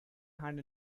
hand